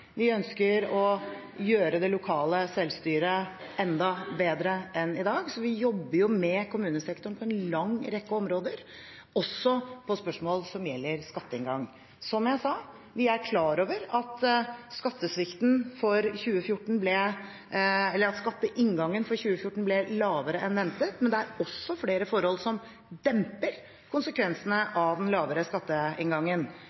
Vi ønsker å gjøre det lokale selvstyret enda bedre enn i dag, så vi jobber jo med kommunesektoren på en lang rekke områder, også på spørsmål som gjelder skatteinngang. Som jeg sa, er vi klar over at skatteinngangen for 2014 ble lavere enn ventet, men det er også flere forhold som demper konsekvensene av den lavere skatteinngangen.